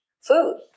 food